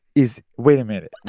is wait a minute.